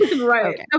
right